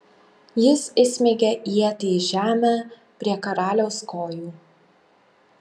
jis įsmeigia ietį į žemę prie karaliaus kojų